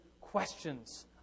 questions